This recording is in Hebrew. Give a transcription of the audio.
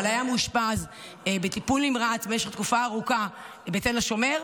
אבל הוא היה מאושפז בטיפול נמרץ במשך תקופה ארוכה בתל השומר.